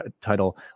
title